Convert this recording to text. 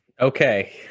Okay